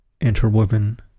interwoven